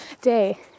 day